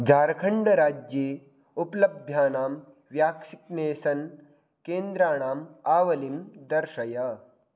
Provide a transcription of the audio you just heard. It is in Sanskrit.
जार्खण्डराज्ये उपलभ्यानां व्याक्सिनेसन् केन्द्राणाम् आवलिं दर्शय